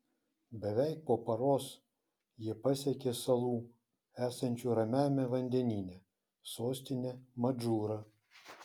beveik po paros jie pasiekė salų esančių ramiajame vandenyne sostinę madžūrą